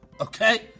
okay